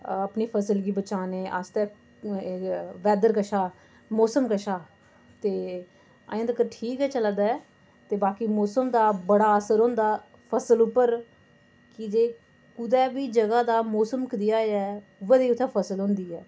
अपने फसल गी बचाने आस्तै वेदर कशा मौसम कशा ते अजें तगर ठीक गै चला दा ऐ ते बाकी मौसम दा बड़ा असर होंदा फसल उप्पर की जे कुदै बी जगह् दा मौसम कनेहा ऐ उ'यै जेही उ'त्थें फसल होंदी ऐ